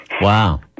wow